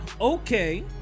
Okay